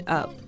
up